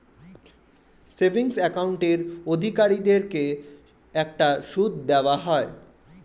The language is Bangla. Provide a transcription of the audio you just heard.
সেভিংস অ্যাকাউন্টের অধিকারীদেরকে একটা সুদ দেওয়া হয়